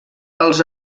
els